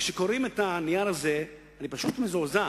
כשקוראים את הנייר הזה, אני פשוט מזועזע.